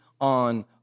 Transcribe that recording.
on